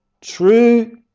true